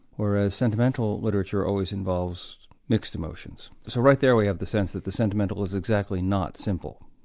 whereas sentimental literature always involves mixed emotions. so right there we have the sense that the sentimental is exactly not simple,